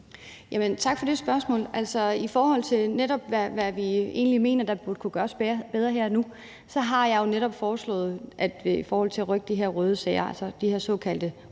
Tak for det spørgsmål. Altså, i forhold til hvad vi egentlig mener der burde kunne gøres bedre her og nu, har jeg netop foreslået at rykke de her såkaldte røde sager, altså § 7-sagerne,